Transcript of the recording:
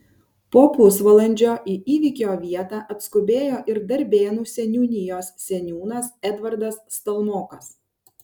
po pusvalandžio į įvykio vietą atskubėjo ir darbėnų seniūnijos seniūnas edvardas stalmokas